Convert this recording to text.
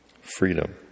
Freedom